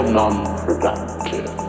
non-productive